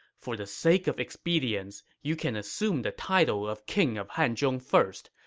for the sake of expedience, you can assume the title of king of hanzhong first,